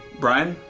brian?